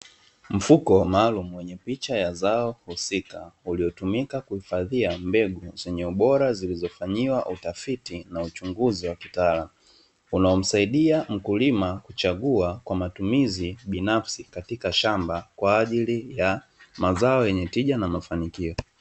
Mfuko maalumu wenye picha ya zao husika, uliotumika kuhifadhia mbegu zenye ubora zilizofanyiwa utafiti na uchunguzi wa kitaalamu, unaomsaidia mkulima kuchagua kwa matumizi binafsi katika shamba kwa ajili ya mazao yenye tija na mafanikio.